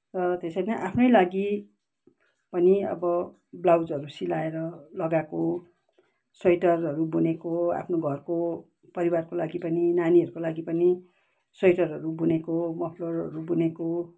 र त्यसरी नै आफ्नै लागि पनि अब ब्लाउजहरू सिलाएर लगाएको स्वेटरहरू बुनेको आफ्नो घरको परिवारको लागि पनि नानीहरूको लागि पनि स्वेटरहरू बुनेको मफ्लरहरू बुनेको